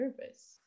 nervous